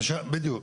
בדיוק.